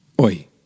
oi